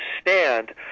stand